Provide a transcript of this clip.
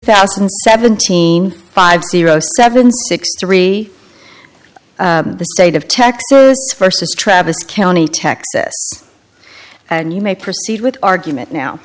and seventeen five zero seven six three the state of texas versus travis county texas and you may proceed with argument now